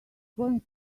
going